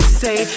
say